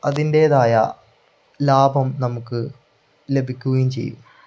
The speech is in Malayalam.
അതിൻ്റെതായ ലാഭം നമുക്ക് ലഭിക്കുകയും ചെയ്യും